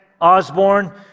Osborne